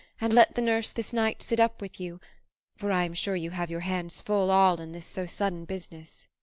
and let the nurse this night sit up with you for i am sure you have your hands full all in this so sudden business.